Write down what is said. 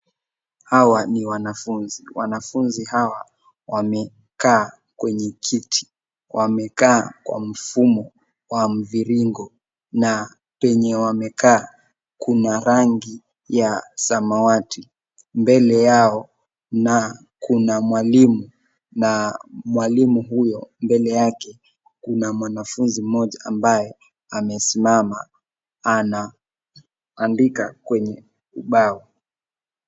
Hawa ni wanafunzi ,Wanafunzi hawa wamekaa kwenye kiti wamekaa kwa mfumo wa mvirigo na penye wamekaa kuna rangi ya samawati mbele yao na kuna mwalimu na mwalimu huyo mbele yake kuna mwanafunzi mmoja ambaye amesimama anaandika kwenye ubao.